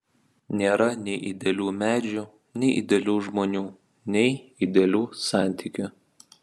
nėra nei idealių medžių nei idealių žmonių nei idealių santykių